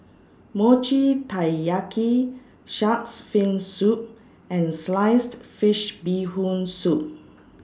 Mochi Taiyaki Shark's Fin Soup and Sliced Fish Bee Hoon Soup